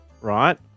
right